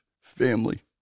Family